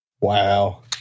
Wow